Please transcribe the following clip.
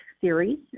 series